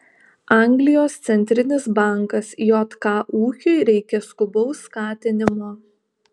anglijos centrinis bankas jk ūkiui reikia skubaus skatinimo